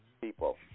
people